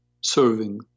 serving